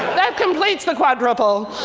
that completes the quadruple.